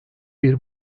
bir